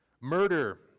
murder